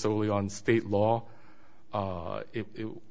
solely on state law